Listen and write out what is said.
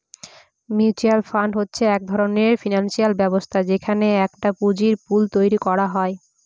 mutual fund হচ্ছে এক ধরনের ফিনান্সিয়াল ব্যবস্থা যেখানে একটা পুঁজির পুল তৈরী করা হয়